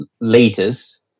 leaders